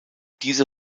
diese